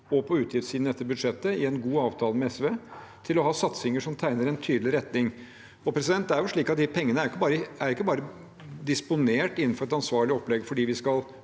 og på utgiftssiden i dette budsjettet, i en god avtale med SV, til å ha satsinger som tegner en tydelig retning. Det er jo slik at de pengene ikke bare er disponert innenfor et ansvarlig opplegg fordi vi skal